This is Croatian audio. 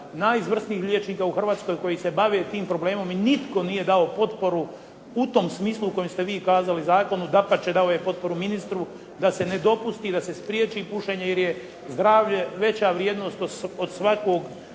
najizvrsnijih liječnika u Hrvatskoj koji se bave tim problemom i nitko nije dao potporu u tom smislu u kojem ste vi kazali zakonu, dapače dao je potporu ministru da se ne dopusti i da se spriječi pušenje jer je zdravlje veća vrijednost od svakog,